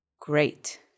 Great